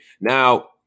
Now